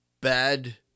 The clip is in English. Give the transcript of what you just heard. bad